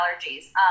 allergies